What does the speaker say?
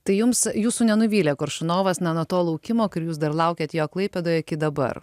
tai jums jūsų nenuvylė koršunovas na nuo to laukimo kur jūs dar laukėt jo klaipėdoj iki dabar